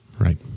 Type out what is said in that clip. Right